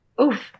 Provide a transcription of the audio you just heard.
Oof